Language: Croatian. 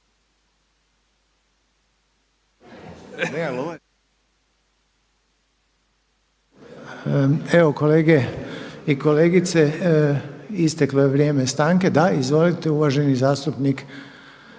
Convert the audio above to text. Evo kolege i kolegice isteklo je vrijeme stanke. Da izvolite uvaženi zastupnik